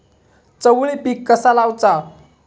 चवळी पीक कसा लावचा?